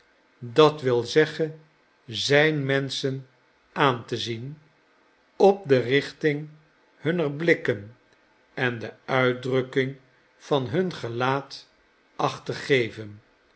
d w z zijn menschen aan te zien op de richting hunner blikken en de uitdrukking van hun gelaat acht te geven